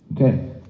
Okay